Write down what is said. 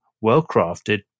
well-crafted